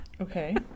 Okay